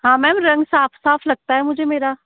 हाँ मैम रंग साफ़ साफ़ लगता है मुझे मेरा